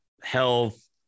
health